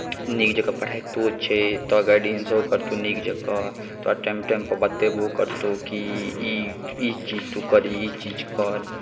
नीक जँका पढ़बितहु छै तोरा गाइडेंसो करतौ नीक जँका तोरा टाइम टाइमपर बतेबो करतौ कि ई ई चीज तू करही ई चीज तू कर